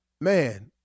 man